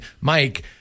Mike